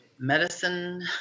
Medicine